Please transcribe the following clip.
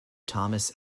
thomas